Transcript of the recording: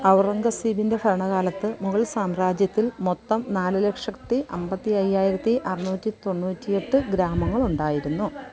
ഔറംഗസീബിന്റെ ഭരണകാലത്ത് മുഗൾ സാമ്രാജ്യത്തിൽ മൊത്തം നാല് ലക്ഷത്തി അമ്പത്തി അയ്യായിരത്തി അറുന്നൂറ്റി തൊണ്ണൂറ്റി എട്ട് ഗ്രാമങ്ങളുണ്ടായിരുന്നു